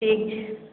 ठीक छै